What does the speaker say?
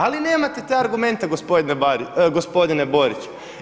Ali nemate te argumente gospodine Borić.